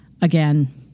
again